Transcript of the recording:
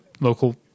local